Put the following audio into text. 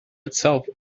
itself